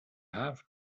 have